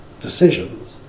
decisions